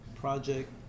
project